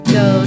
go